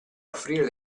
offrire